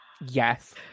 Yes